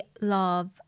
love